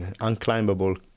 unclimbable